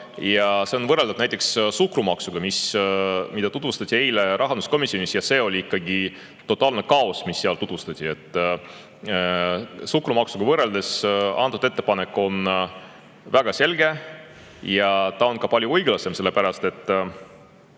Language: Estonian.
See on võrreldav näiteks suhkrumaksuga, mida tutvustati eile rahanduskomisjonis. See oli ikkagi totaalne kaos, mida seal tutvustati. Suhkrumaksuga võrreldes on antud ettepanek väga selge. Ja ta on ka palju õiglasem, sellepärast et